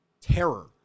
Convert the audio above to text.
terror